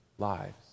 lives